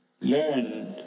learn